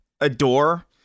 adore